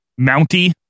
Mountie